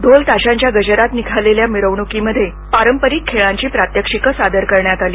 ढोल ताशांच्या गजरात निघालेल्या मिरवणुकीमध्ये पारंपरिक खेळांची प्रात्यक्षिकं सादर करण्यात आली